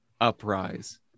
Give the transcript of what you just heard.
Uprise